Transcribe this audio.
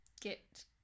get